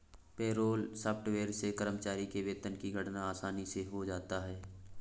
payroll software से कर्मचारी के वेतन की गणना आसानी से हो जाता है